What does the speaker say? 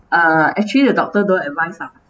uh actually the doctor don't advise ah